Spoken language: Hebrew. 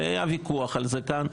הרי היה ויכוח על זה כאן,